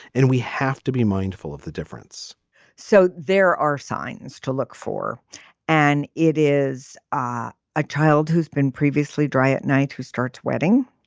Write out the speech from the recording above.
and we have to be mindful of the difference so there are signs to look for and it is ah a child who's been previously dry at night who starts wedding